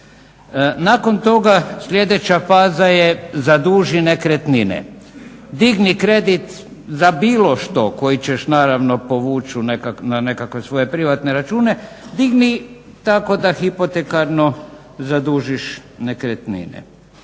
Nakon toga sljedeća faza je zaduži nekretnine, digni kredit za bilo što koji ćeš naravno povući na nekakve svoje privatne račune, digni tako da hipotekarno zadužiš nekretnine.